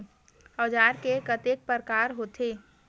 औजार के कतेक प्रकार होथे?